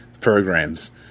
programs